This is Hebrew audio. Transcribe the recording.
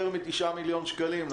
יותר מתשעה מיליון שקלים,